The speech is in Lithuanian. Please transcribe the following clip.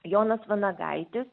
jonas vanagaitis